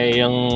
yung